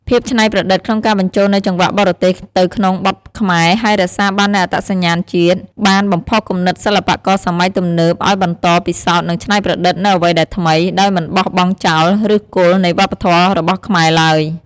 ភាពច្នៃប្រឌិតក្នុងការបញ្ចូលនូវចង្វាក់បរទេសទៅក្នុងបទខ្មែរ ហើយរក្សាបាននូវអត្តសញ្ញាណជាតិ បានបំផុសគំនិតសិល្បករសម័យទំនើបឱ្យបន្ត ពិសោធន៍ និងច្នៃប្រឌិត នូវអ្វីដែលថ្មី ដោយមិនបោះបង់ចោលឫសគល់នៃវប្បធម៌របស់ខ្មែរឡើយ ។